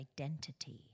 identity